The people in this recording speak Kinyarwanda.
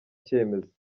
cyemezo